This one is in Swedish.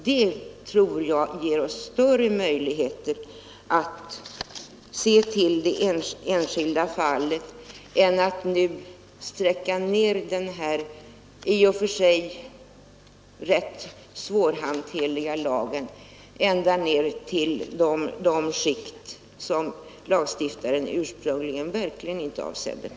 Det tror jag ger oss större möjligheter att se till det enskilda fallet än att nu utsträcka den här i och för sig rätt svårhanterliga lagen ända ned till skikt som lagstiftaren ursprungligen verkligen inte avsåg.